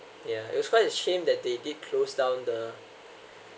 yeah it was quite a shame that they they did close down the